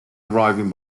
arriving